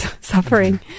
suffering